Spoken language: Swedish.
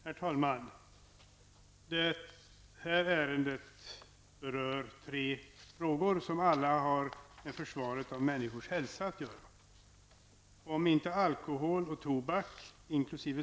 Herr talman! Detta ärende berör tre frågor som alla har med försvaret av människors hälsa att göra. Om inte alkohol och tobak -- inkl.